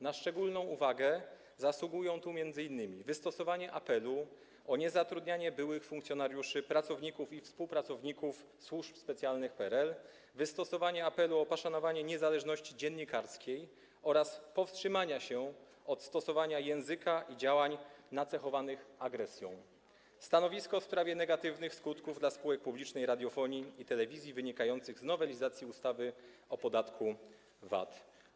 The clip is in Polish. Na szczególną uwagę zasługują tu m.in.: wystosowanie apelu o niezatrudnianie byłych funkcjonariuszy, pracowników i współpracowników służb specjalnych PRL, wystosowanie apelu o poszanowanie niezależności dziennikarskiej oraz powstrzymanie się od stosowania języka i działań nacechowanych agresją, stanowisko w sprawie negatywnych skutków dla spółek publicznej radiofonii i telewizji wynikających z nowelizacji ustawy o podatku VAT.